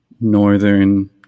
northern